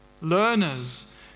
Learners